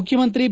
ಮುಖ್ಯಮಂತ್ರಿ ಬಿ